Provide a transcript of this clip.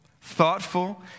thoughtful